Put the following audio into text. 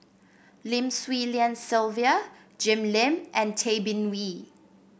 Lim Swee Lian Sylvia Jim Lim and Tay Bin Wee